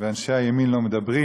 ואנשי הימין לא מדברים,